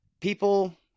people